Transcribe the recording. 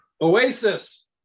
oasis